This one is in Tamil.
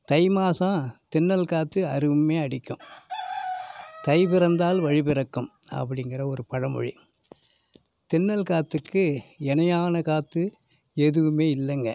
தை மாதம் தென்றல் காற்று அருமையாக அடிக்கும் தை பிறந்தால் வழி பிறக்கும் அப்படிங்கிற ஒரு பழமொழி தென்றல் காற்றுக்கு இணையான காற்று எதுவுமே இல்லைங்க